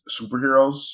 superheroes